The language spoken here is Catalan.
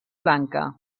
blanca